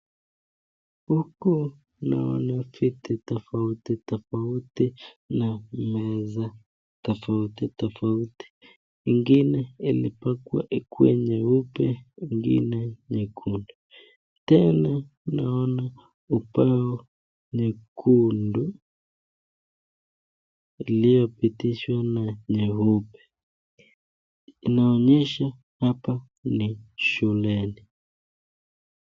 Huku, naona viti tofauti tofauti na meza tofauti tofauti. Ingine ilipakwa ikuwe nyeupe, ingine nyekundu. Tena, naona ubau nyekundu uliopitishwa na nyeupe. Inaonyesha hapa ni shuleni.